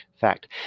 fact